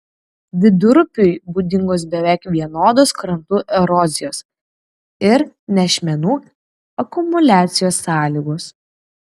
vidurupiui būdingos beveik vienodos krantų erozijos ir nešmenų akumuliacijos sąlygos